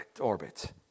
orbit